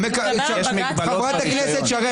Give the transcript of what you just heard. הוא מדבר על בג"ץ --- חברת הכנסת שרן,